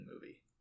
movie